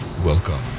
Welcome